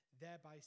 thereby